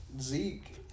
Zeke